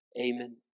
amen